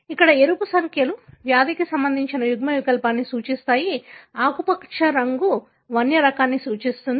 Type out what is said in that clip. ఇక్కడ ఎరుపు సంఖ్యలు వ్యాధికి సంబంధించిన యుగ్మవికల్పాన్ని సూచిస్తాయి ఆకుపచ్చ రంగు అడవి అడవి రకాన్ని సూచిస్తుంది